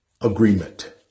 agreement